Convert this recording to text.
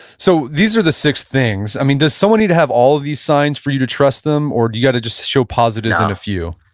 so, these are the six things. i mean, does someone need to have all of these signs for you to trust them or do you got to just show positives in a few?